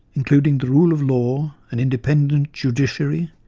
including the rule of law, an independent judiciary,